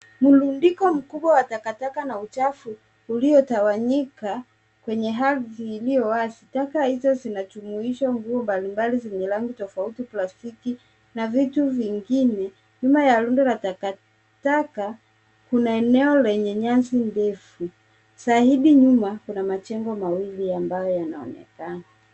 Mrundiko mkubwa wa takataka na uchafu uliotawanyika kwenye ardhi iliyo wazi. Taka hizo zinajumuisha nguo mbalimbali zenye rangi tofauti, plastiki, na vitu vingine. Nyuma ya rundo la takataka, kuna eneo lenye nyasi ndefu. Zaidi nyuma, kuna majengo mawili ya mbao yanaonekana.